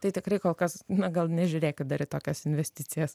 tai tikrai kol kas na gal nežiūrėkit dar į tokias investicijas